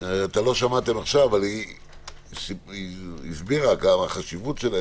היא הסבירה את החשיבות,